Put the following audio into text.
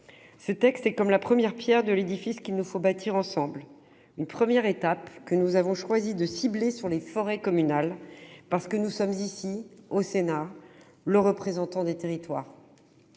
Ce texte est comme la première pierre de l'édifice qu'il nous faut bâtir ensemble : une première étape que nous avons choisi de cibler sur les forêts communales, parce que nous sommes ici, au Sénat, les représentants des territoires.